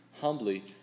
humbly